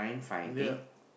ya